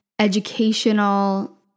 educational